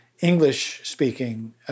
English-speaking